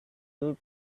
two